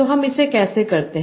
तो हम इसे कैसे करते हैं